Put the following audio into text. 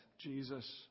Jesus